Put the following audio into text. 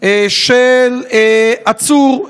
של עצור,